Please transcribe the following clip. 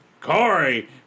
Corey